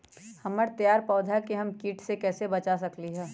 हमर तैयार पौधा के हम किट से कैसे बचा सकलि ह?